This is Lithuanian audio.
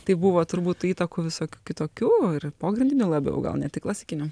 tai buvo turbūt įtakų visokių kitokių ir pogrindinių labiau gal ne tik klasikinių